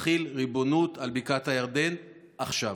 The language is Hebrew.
שתחיל ריבונות על בקעת הירדן עכשיו.